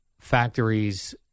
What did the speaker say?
factories